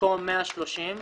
במקום "130%"